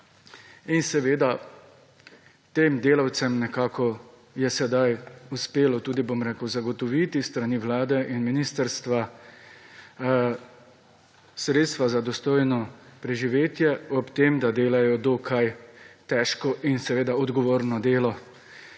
in seveda, tem delavcem nekako je sedaj uspelo tudi, bom rekel, zagotoviti s strani Vlade in ministrstva, sredstva za dostojno preživetje, ob tem, da delajo dokaj težko in seveda odgovorno delo.